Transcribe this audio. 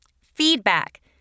Feedback